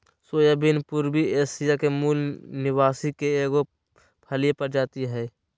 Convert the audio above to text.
soybean पूर्वी Asia के मूल निवासी के एगो फलिय प्रजाति हइ